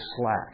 slack